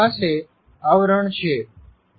પીળો ભાગ - મજજા આવરણ ભાગોમાં આવે છે